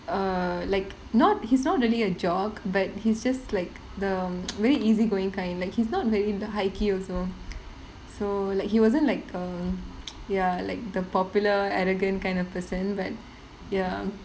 err like not he's not really a jock but he's just like the very easy going kind like he's not very into high key also so like he wasn't like err ya like the popular arrogant kind of person but ya